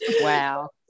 Wow